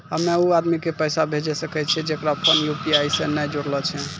हम्मय उ आदमी के पैसा भेजै सकय छियै जेकरो फोन यु.पी.आई से नैय जूरलो छै?